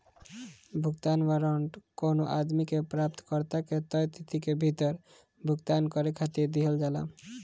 भुगतान वारंट कवनो आदमी के प्राप्तकर्ता के तय तिथि के भीतर भुगतान करे खातिर दिहल जाला